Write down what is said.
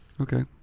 Okay